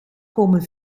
komen